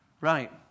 Right